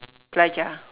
belajar